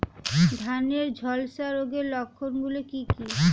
ধানের ঝলসা রোগের লক্ষণগুলি কি কি?